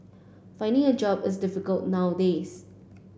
finding a job is difficult nowadays